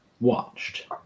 watched